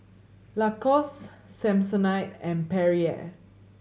Lacoste Samsonite and Perrier